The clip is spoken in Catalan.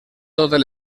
totes